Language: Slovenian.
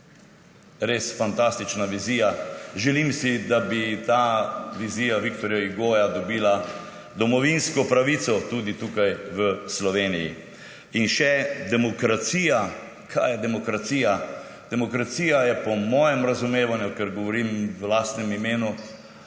Res fantastična vizija. Želim si, da bi ta vizija Viktorja Hugoja dobila domovinsko pravico tudi tukaj v Sloveniji. In še demokracija. Kaj je demokracija? Demokracija je po mojem razumevanju, ker govorim v lastnem imenu,